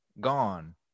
gone